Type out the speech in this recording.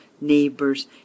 neighbors